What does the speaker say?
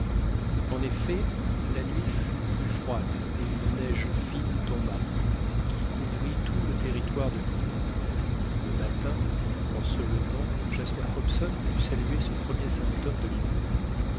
en effet la nuit fut plus froide et une neige fine tomba qui couvrit tout le territoire de l'île le matin en se levant jasper hobson put saluer ce premier symptôme de l'hiver